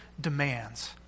demands